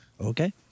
Okay